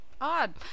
odd